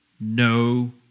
no